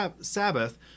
Sabbath